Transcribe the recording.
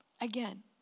again